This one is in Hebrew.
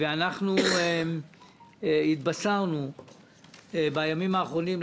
אנחנו התבשרנו בימים האחרונים,